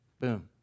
Boom